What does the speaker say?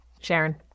Sharon